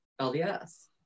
LDS